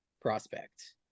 prospect